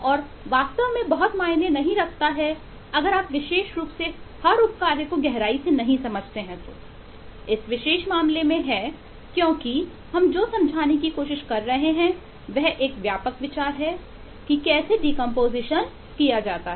और यह वास्तव में बहुत मायने नहीं रखता है अगर आप विशेष रूप से हर उप कार्य को गहराई से नहीं समझते हैं इस विशेष मामले में हैं क्योंकि हम जो समझाने की कोशिश कर रहे हैं वह एक व्यापक विचार है कैसे डीकंपोजिशन किया जा सकता है